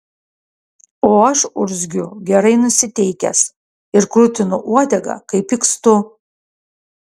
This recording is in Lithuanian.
o aš urzgiu gerai nusiteikęs ir krutinu uodegą kai pykstu